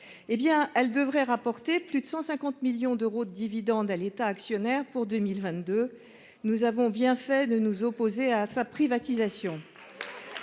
Hé bien elle devrait rapporter plus de 150 millions d'euros de dividendes à l'État actionnaire pour 2022. Nous avons bien fait de nous opposer à sa privatisation.